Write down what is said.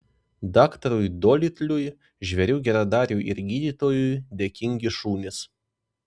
daktarui dolitliui žvėrių geradariui ir gydytojui dėkingi šunys